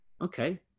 Okay